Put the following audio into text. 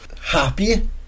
Happy